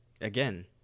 Again